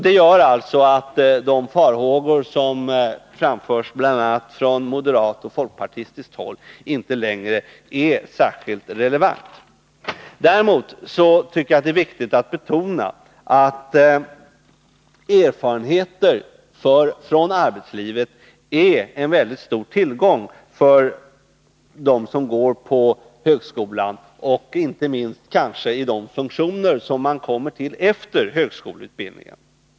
Det gör att de farhågor som framförts bl.a. från moderat och folkpartistiskt håll inte längre är särskilt relevanta. Däremot tycker jag att det är viktigt att betona att erfarenheter från arbetslivet är en väldigt stor tillgång för dem som går på högskolan, kanske inte minst i de funktioner som de kommer till efter högskoleutbildningen.